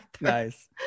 Nice